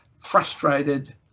frustrated